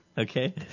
Okay